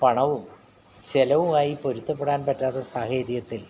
പണവും ചെലവുമായി പൊരുത്തപ്പെടാൻ പറ്റാത്ത സാഹചര്യത്തിൽ